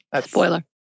Spoiler